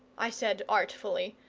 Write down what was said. i said artfully.